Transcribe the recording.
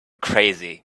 crazy